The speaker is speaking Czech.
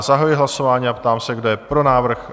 Zahajuji hlasování a ptám se, kdo je pro návrh?